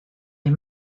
les